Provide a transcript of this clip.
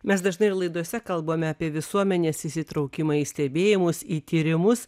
mes dažnai ir laidose kalbame apie visuomenės įsitraukimą į stebėjimus į tyrimus